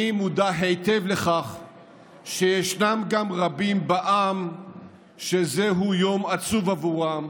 אני מודע היטב לכך שישנם גם רבים בעם שזהו יום עצוב עבורם,